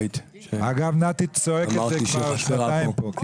אגב, נתי צועק את זה כבר שנתיים פה.